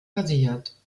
versichert